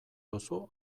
duzu